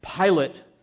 Pilate